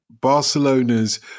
Barcelona's